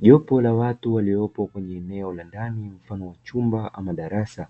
Jopo la watu waliopo katika eneo la ndani mfano wa chumba ama darasa